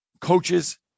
coaches